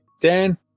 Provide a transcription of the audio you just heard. dan